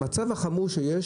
המצב החמור שיש,